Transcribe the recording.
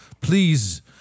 Please